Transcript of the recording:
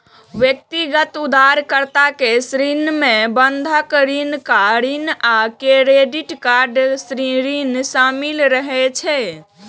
व्यक्तिगत उधारकर्ता के ऋण मे बंधक ऋण, कार ऋण आ क्रेडिट कार्ड ऋण शामिल रहै छै